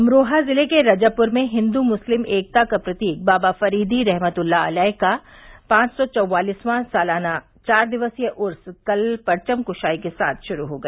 अमरोहा जिले के रजबपुर में हिंदू मुस्लिम एकता का प्रतीक बाबा फरीदी रहमतुल्ला अलेह का पांच सौ चौंवालिसवां सालाना चार दिवसीय उर्स कल परवम कुशाई के साथ शुरू हो गया